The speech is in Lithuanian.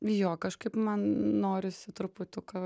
jo kažkaip man norisi truputuką